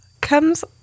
comes